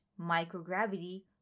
microgravity